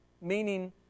meaning